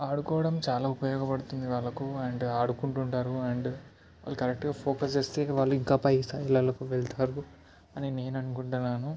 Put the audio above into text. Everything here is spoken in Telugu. ఆడుకోవడం చాలా ఉపయోగ పడుతుంది వాళ్ళకు అండ్ ఆడుకుంటుంటారు అండ్ వాళ్ళు కరెక్ట్గా ఫోకస్ చేస్తే వాళ్ళు ఇంకా పై స్థాయిలలోకి వెళ్తారు అని నేను అనుకుంటున్నాను